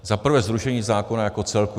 Za prvé zrušení zákona jako celku.